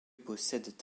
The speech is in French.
possèdent